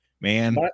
man